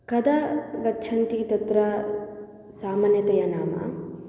कदा गच्छन्ति तत्र सामान्यतया नाम